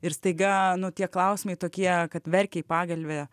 ir staiga nu tie klausimai tokie kad verkia į pagalvę